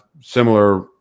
similar